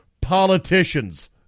politicians